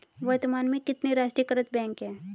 वर्तमान में कितने राष्ट्रीयकृत बैंक है?